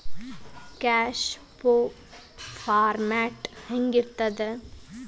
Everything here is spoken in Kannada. ಕ್ಯಾಷ್ ಫೋ ಫಾರ್ಮ್ಯಾಟ್ ಹೆಂಗಿರ್ತದ?